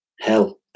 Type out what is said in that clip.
Hell